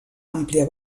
àmplia